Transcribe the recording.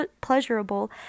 pleasurable